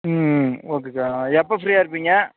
ம் ஓகேக்கா எப்போ ஃப்ரீயாக இருப்பீங்க